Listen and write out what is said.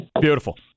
Beautiful